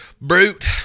brute